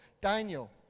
Daniel